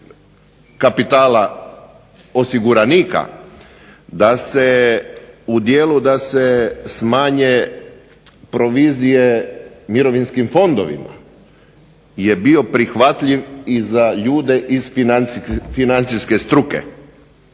kapitala osiguranika, da se, u dijelu da se smanje provizije mirovinskim fondovima je bio prihvatljiv i za ljude iz financijske struke,